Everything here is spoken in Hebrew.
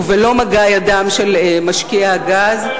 ובלא מגע ידם של משקיעי הגז.